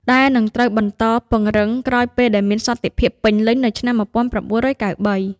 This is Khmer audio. ដែលនឹងត្រូវបន្តពង្រឹងក្រោយពេលដែលមានសន្តិភាពពេញលេញនៅឆ្នាំ ១៩៩៣។